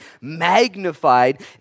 magnified